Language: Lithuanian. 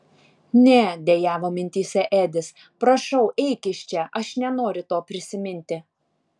ne dejavo mintyse edis prašau eik iš čia aš nenoriu to prisiminti